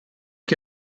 que